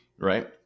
Right